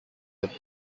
have